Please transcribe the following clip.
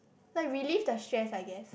like relieve the stress I guess